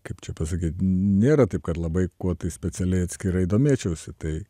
kaip čia pasakyt nėra taip kad labai kuo tu specialiai atskirai domėčiausi tai